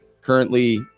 currently